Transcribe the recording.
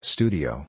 Studio